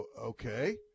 okay